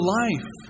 life